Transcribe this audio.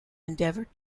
endeavoured